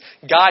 God